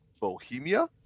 Bohemia